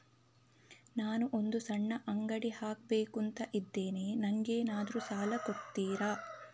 ನಾನು ಒಂದು ಸಣ್ಣ ಅಂಗಡಿ ಹಾಕಬೇಕುಂತ ಇದ್ದೇನೆ ನಂಗೇನಾದ್ರು ಸಾಲ ಕೊಡ್ತೀರಾ?